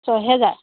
ছহেজাৰ